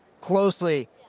closely